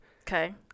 Okay